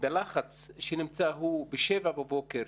ובלחץ שהוא נמצא בשבע בבוקר,